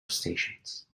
stations